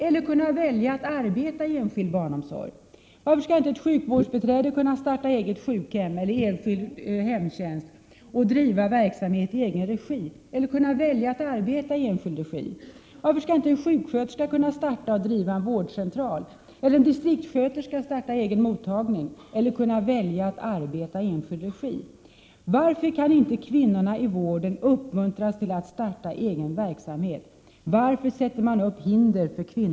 Eller kunna välja att arbeta i enskild barnomsorg? Varför skall inte ett sjukvårdsbiträde kunna starta eget sjukhem eller enskild hemtjänst och driva verksamheten i egen regi? Eller kunna välja att arbeta i enskild regi? Varför skall inte en sjuksköterska kunna starta och driva en vårdcentral? Eller en distriktssköterska kunna starta egen mottagning? Eller kunna välja att arbeta i enskild regi?